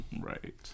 Right